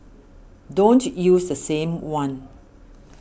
don't use the same one